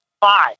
five